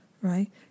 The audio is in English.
right